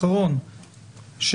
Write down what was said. האחרון,